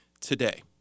today